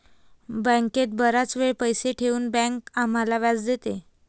बँकेत बराच वेळ पैसे ठेवून बँक आम्हाला व्याज देते